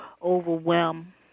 overwhelm